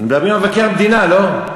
אנחנו מדברים על מבקר המדינה, לא?